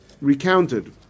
recounted